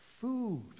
food